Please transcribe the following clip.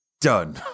Done